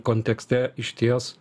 kontekste išties